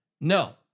No